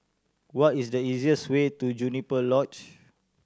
what is the easiest way to Juniper Lodge